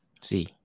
see